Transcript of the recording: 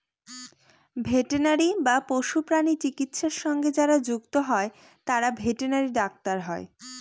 veterinary বা পশুপ্রাণী চিকিৎসা সঙ্গে যারা যুক্ত হয় তারা ভেটেনারি ডাক্তার হয়